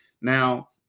Now